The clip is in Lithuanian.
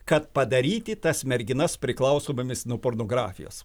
kad padaryti tas merginas priklausomomis nuo pornografijos